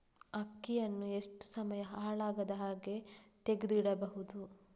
ಅಕ್ಕಿಯನ್ನು ಎಷ್ಟು ಸಮಯ ಹಾಳಾಗದಹಾಗೆ ತೆಗೆದು ಇಡಬಹುದು?